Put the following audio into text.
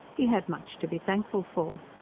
he had much to be thankful for.